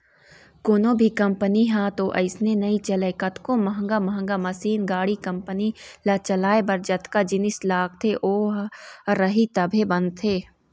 कोनो भी कंपनी ह तो अइसने नइ चलय कतको महंगा महंगा मसीन, गाड़ी, कंपनी ल चलाए बर जतका जिनिस लगथे ओ ह रही तभे बनथे